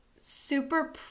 super